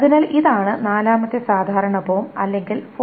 അതിനാൽ ഇതാണ് നാലാമത്തെ സാധാരണ ഫോം അല്ലെങ്കിൽ 4NF